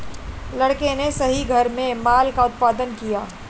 लड़के ने सही घर में माल का उत्पादन किया